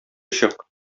чык